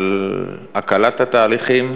על הקלת התהליכים,